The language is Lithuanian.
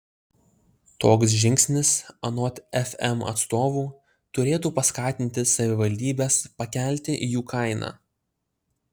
toks žingsnis anot fm atstovų turėtų paskatinti savivaldybes pakelti jų kainą